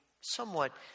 somewhat